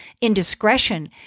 indiscretion